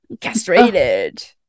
castrated